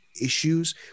issues